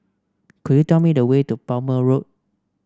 could you tell me the way to Palmer Road